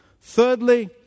Thirdly